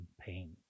pain